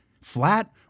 flat